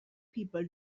people